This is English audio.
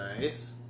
Nice